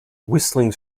whistling